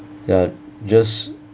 ya just